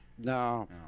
No